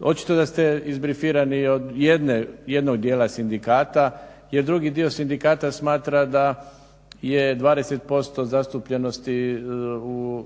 Očito da ste izbrifirani od jednog dijela sindikata gdje drugi dio sindikata smatra da je 20% zastupljenosti u